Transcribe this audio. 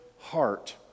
heart